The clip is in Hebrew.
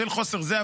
בשל חוסר זה,